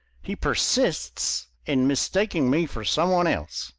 he persists in mistaking me for some one else.